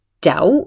doubt